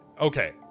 okay